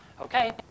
Okay